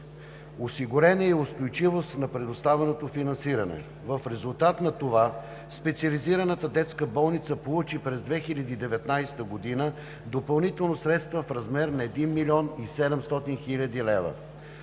осигурена е и устойчивост на предоставеното финансиране. В резултат на това Специализираната детска болница получи през 2019 г. допълнително средства в размер на 1 млн. 700 хил. лв.